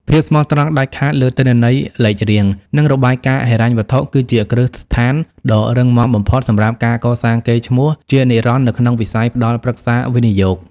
ភាពស្មោះត្រង់ដាច់ខាតលើទិន្នន័យលេខរៀង និងរបាយការណ៍ហិរញ្ញវត្ថុ គឺជាគ្រឹះស្ថានដ៏រឹងមាំបំផុតសម្រាប់ការកសាងកេរ្តិ៍ឈ្មោះជានិរន្តរ៍នៅក្នុងវិស័យផ្ដល់ប្រឹក្សាវិនិយោគ។